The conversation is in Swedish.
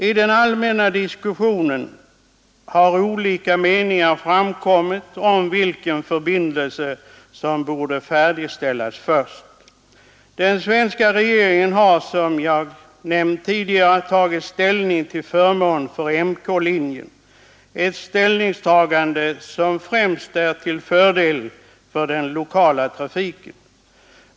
I den allmänna diskussionen har olika meningar framkommit om vilken förbindelse som borde färdigställas först. Den svenska regeringen har, som jag nämnt tidigare, tagit ställning till förmån för MK-linjen — ett ställningstagande som främst är till fördel för den lokala trafiken.